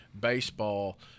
baseball